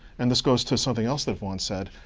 and this goes to something else that vaughan said,